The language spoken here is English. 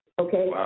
okay